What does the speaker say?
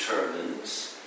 determines